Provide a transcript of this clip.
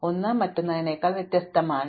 ഒന്ന് മറ്റൊന്നിനേക്കാൾ വ്യക്തമാണ്